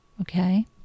okay